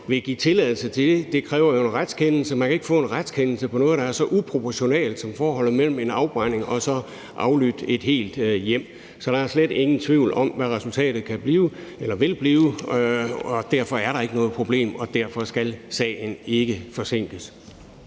vil give tilladelse til det. Det kræver jo en retskendelse, og man kan ikke få en retskendelse på noget, der er så uproportionalt som forholdet mellem en afbrænding og så aflytning af et helt hjem. Så der er slet ingen tvivl om, hvad resultatet vil blive. Derfor er der ikke noget problem, og derfor skal sagen ikke forsinkes.